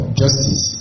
justice